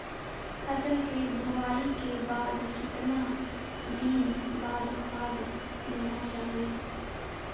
फसल के बोआई के कितना दिन बाद खाद देना चाइए?